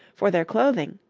for their clothing,